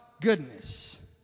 goodness